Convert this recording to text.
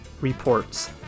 reports